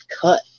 cut